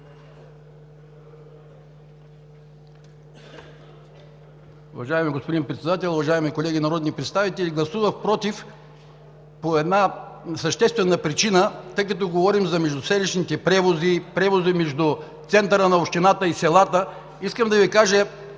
господин Председател, уважаеми колеги народни представители! Гласувах „против“ по една съществена причина. Говорим за междуселищните превози, превози между центъра на общината и селата, искам да Ви кажа